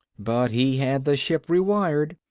but he had the ship rewired,